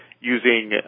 using